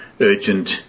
urgent